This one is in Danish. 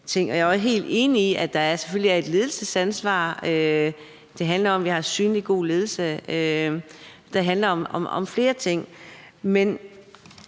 Jeg er helt enig i, at der selvfølgelig er et ledelsesansvar. Det handler om, at vi har en synlig og god ledelse. Det handler om flere ting.